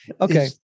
Okay